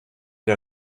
der